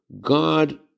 God